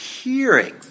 hearing